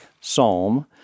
psalm